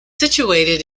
situated